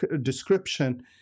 description